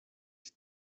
die